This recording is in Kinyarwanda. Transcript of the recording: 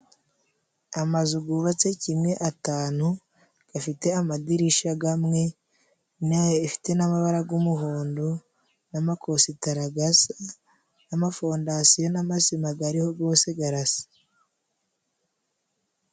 Amazu gubatse kimwe atanu gafite amadirisha gamwe. Ifite n'amabara g'umuhondo n'amakositara gasa, n'amafondasiyo n'amasima gariho gose garasa.